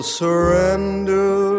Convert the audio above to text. surrender